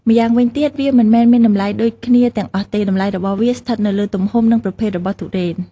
ម៉្យាងវិញទៀតវាមិនមែនមានតម្លៃដូចគ្នាទាំងអស់ទេ តម្លៃរបស់វាស្ថិតនៅលើទំហំ និងប្រភេទរបស់ទុរេន។